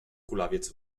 kulawiec